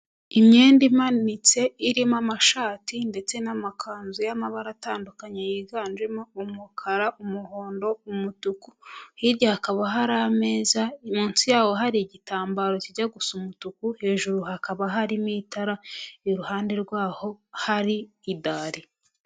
Imyenda imanitse irimo amashati ndetse n'amakanzu y'amabara atandukanye, yiganjemo umukara, umuhondo, umutuku hirya hakaba hari ameza, munsi yaho hari igitambaro kijya gusa umutuku, hejuru hakaba harimo itara, iruhande rwaho hari idari.